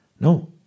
No